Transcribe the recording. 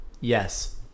yes